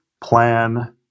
plan